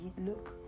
look